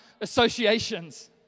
associations